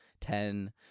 ten